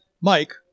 Mike